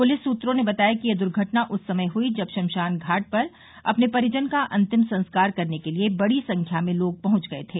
police सूत्रों ने बताया कि यह दुर्घटना उस समय हुई जब श्मशान घाट पर अपने परिजन का अंतिम संस्कार करने के लिए बडी संख्या में लोग पहुंच गए थे